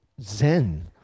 Zen